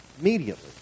immediately